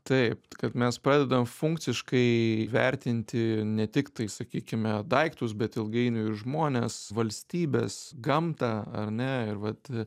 taip kad mes pradedam funkciškai įvertinti ne tik tai sakykime daiktus bet ilgainiui ir žmones valstybes gamtą ar ne ir vat